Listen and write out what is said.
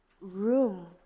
room